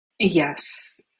Yes